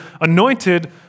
anointed